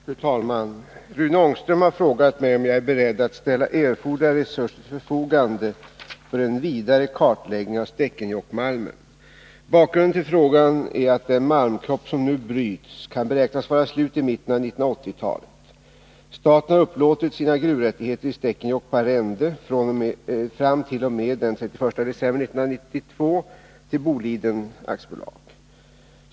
Fru talman! Rune Ångström har frågat mig om jag är beredd att ställa erforderliga resurser till förfogande för en vidare kartläggning av Stekenjokkmalmen. Bakgrunden till frågan är att den malmkropp som nu bryts kan beräknas vara slut i mitten av 1980-talet. Staten har upplåtit sina gruvrättigheter i Stekenjokk på arrende fram t.o.m. den 31 december 1992 till Boliden AB.